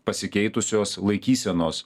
pasikeitusios laikysenos